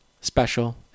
special